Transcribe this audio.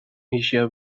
asia